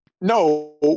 no